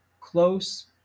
close